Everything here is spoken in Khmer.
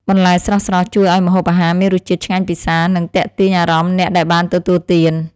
បន្លែស្រស់ៗជួយឱ្យម្ហូបអាហារមានរសជាតិឆ្ងាញ់ពិសា និងទាក់ទាញអារម្មណ៍អ្នកដែលបានទទួលទាន។